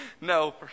No